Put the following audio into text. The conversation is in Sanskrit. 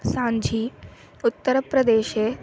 सांझी उत्तरप्रदेशे